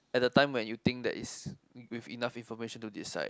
at the time where you think that is with enough information to decide